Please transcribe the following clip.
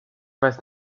weiß